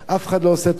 אף אחד לא עושה טובה,